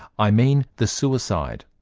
i mean the suicide,